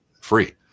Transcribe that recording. free